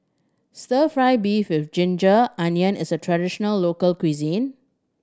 Stir Fry beef with ginger onion is a traditional local cuisine